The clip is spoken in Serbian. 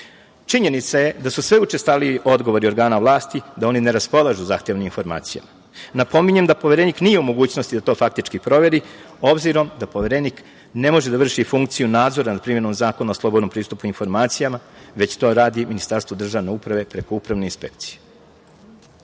dokaza. Činjenica je da su sve učestaliji odgovori organa vlasti da oni ne raspolažu zahtevanom informacijom. Napominjem da Poverenik nije u mogućnosti da to faktički proveri obzirom da Poverenik ne može da vrši funkciju nadzora nad primenom Zakona o slobodnom pristupu informacijama, već to radi Ministarstvo države uprave preko Upravne inspekcije. Opisanom